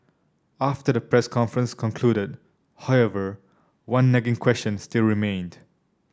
after the press conference concluded however one nagging question still remained